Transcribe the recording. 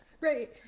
right